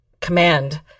command